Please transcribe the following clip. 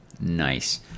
Nice